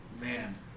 Man